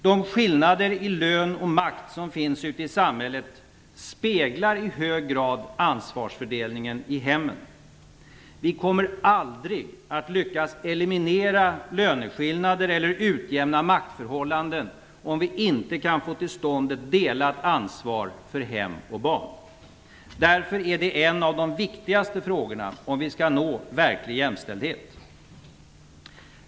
De skillnader i lön och makt som finns ute i samhället speglar i hög grad ansvarsfördelningen i hemmen. Vi kommer aldrig att lyckas eliminera löneskillnader eller utjämna maktförhållanden om vi inte kan få till stånd ett delat ansvar för hem och barn. Därför är det en av de viktigaste frågorna om vi skall nå verklig jämställdhet.